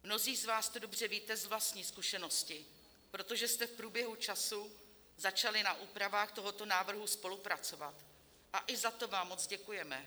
Mnozí z vás to dobře víte z vlastní zkušenosti, protože jste v průběhu času začali na úpravách tohoto návrhu spolupracovat, a i za to vám moc děkujeme.